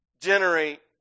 generate